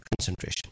concentration